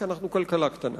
כי אנחנו כלכלה קטנה.